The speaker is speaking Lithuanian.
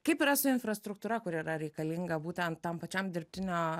kaip yra su infrastruktūra kuri yra reikalinga būtent tam pačiam dirbtinio